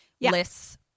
lists